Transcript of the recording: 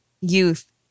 youth